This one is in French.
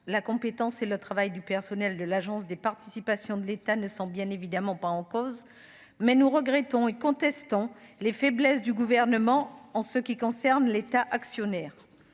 la compétence et le travail du personnel de l'Agence des participations de l'État ne sont bien évidemment pas en cause, mais nous regrettons et contestant les faiblesses du gouvernement en ce qui concerne l'État actionnaire,